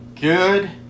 Good